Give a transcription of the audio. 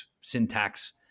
syntax